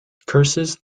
curses